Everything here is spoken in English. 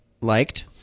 liked